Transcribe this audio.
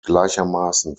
gleichermaßen